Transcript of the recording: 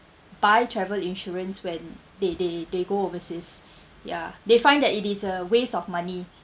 buy travel insurance when they they they go overseas ya they find that it is a waste of money